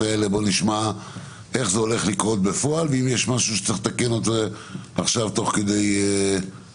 נשמע איך זה הולך לקרות בפועל ואם יש משהו שצריך לתקן תוך כדי הפעולה.